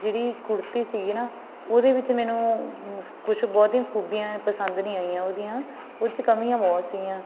ਜਿਹੜੀ ਕੁੜਤੀ ਸੀਗੀ ਨਾ ਉਹਦੇ ਵਿੱਚ ਮੈਨੂੰ ਕੁਛ ਬਹੁਤੀਆਂ ਖੂਬੀਆਂ ਪਸੰਦ ਨਹੀਂ ਆਈਆਂ ਉਹਦੀਆਂ ਉਹ 'ਚ ਕਮੀਆਂ ਬਹੁਤ ਸੀਗੀਆਂ